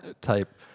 type